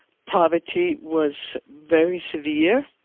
poverty was very severe,